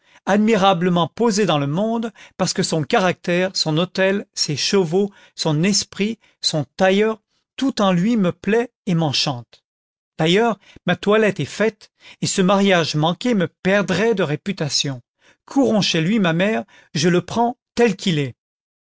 admirablement posé dans le monde parce que son caractère son hôtel ses chevaux son esprit son tailleur tout en lui me plaît et ni'en chante d'ailleurs ma toilette est faite et ce mariage manqué me perdrait de réputation courons chez lui ma mère je le prends tel qu'il est